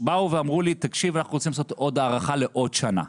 אמרו לי שרוצים לעשות עוד הארכה לעוד שנה.